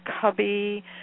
cubby